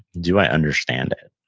do i understand it?